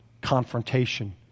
confrontation